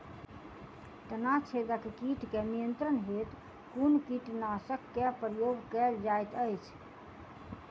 तना छेदक कीट केँ नियंत्रण हेतु कुन कीटनासक केँ प्रयोग कैल जाइत अछि?